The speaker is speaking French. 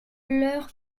leurs